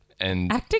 Acting